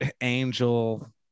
Angel